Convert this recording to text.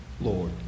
Lord